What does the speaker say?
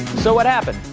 so what happened?